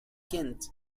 kent